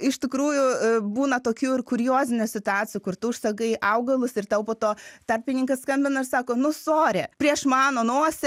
iš tikrųjų būna tokių ir kuriozinių situacijų kur tu užsakai augalus ir tau po to tarpininkas skambina ir sako nu sori prieš mano nosį